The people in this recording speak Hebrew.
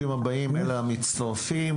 אני מקדם בברכה את המצטרפים.